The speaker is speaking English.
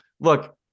look